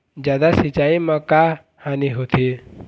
जादा सिचाई म का हानी होथे?